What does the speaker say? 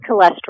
cholesterol